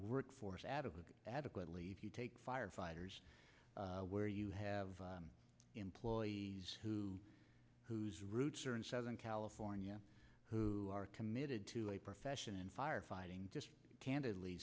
workforce adequately adequately if you take firefighters where you have employees who whose roots are in southern california who are committed to a profession in firefighting just candidly